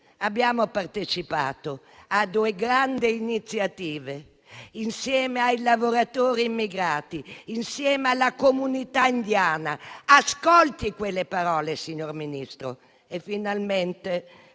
abbiamo partecipato a due grandi iniziative insieme ai lavoratori immigrati, insieme alla comunità indiana. Ascolti quelle parole, signor Ministro, e finalmente